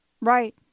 Right